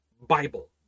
Bible